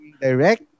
direct